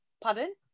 Pardon